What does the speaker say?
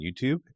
YouTube